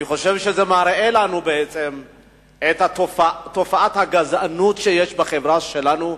אני חושב שזה מראה לנו בעצם את תופעת הגזענות שיש בחברה שלנו,